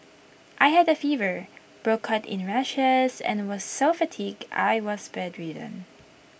I had A fever broke out in rashes and was so fatigued I was bedridden